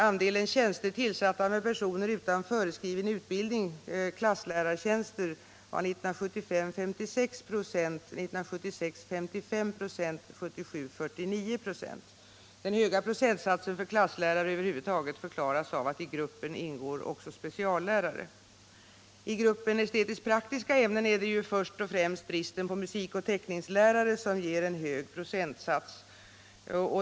Andelen klasslärartjänster tillsatta med personer utan föreskriven utbildning var 56 96 år 1975, 55 96 år 1976 och 49 26 år 1977. Den höga procentsatsen för klasslärare över huvud taget förklaras av att däri ingår också speciallärare. I gruppen estetiskt-praktiska ämnen är det främst bristen på musiklärare och teckningslärare som ger en hög procentsats.